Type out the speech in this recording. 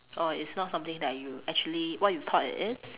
orh it's not something that you actually what you thought it is